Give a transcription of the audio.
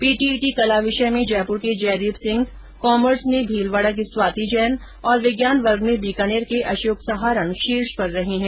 PTET कला विषय में जयपुर के जयदीप सिंह कॉमर्स में भीलवाडा की स्वाती जैन और विज्ञान वर्ग में बीकानेर के अशोक सहारण शीर्ष पर रहे है